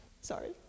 sorry